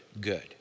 good